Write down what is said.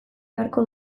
beharko